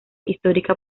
histórica